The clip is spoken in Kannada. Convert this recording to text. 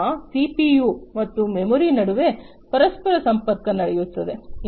ಮೂಲತಃ ಸಿಪಿಯು ಮತ್ತು ಮೆಮೊರಿ ನಡುವೆ ಪರಸ್ಪರ ಸಂಪರ್ಕ ನಡೆಯುತ್ತದೆ